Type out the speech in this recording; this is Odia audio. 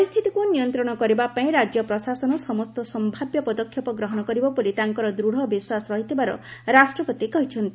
ପରିସ୍ଥିତିକୁ ନିୟନ୍ତ୍ରଣ କରିବା ପାଇଁ ରାଜ୍ୟ ପ୍ରଶାସନ ସମସ୍ତ ସମ୍ଭାବ୍ୟ ପଦକ୍ଷେପ ଗ୍ରହଣ କରିବ ବୋଲି ତାଙ୍କର ଦୂଢ଼ ବିଶ୍ୱାସ ରହିଥିବାର ରାଷ୍ଟ୍ରପତି କହିଛନ୍ତି